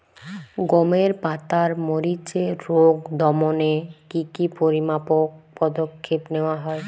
গমের পাতার মরিচের রোগ দমনে কি কি পরিমাপক পদক্ষেপ নেওয়া হয়?